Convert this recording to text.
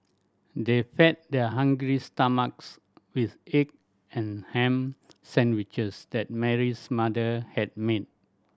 they fed their hungry stomachs with egg and ham sandwiches that Mary's mother had made